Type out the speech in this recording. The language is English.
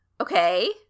okay